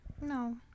No